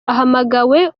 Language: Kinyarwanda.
ahamagawe